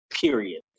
period